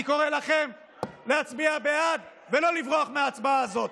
אני קורא לכם להצביע בעד, ולא לברוח מההצבעה הזאת.